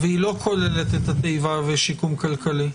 והיא לא את התיבה ושיקום כלכלי.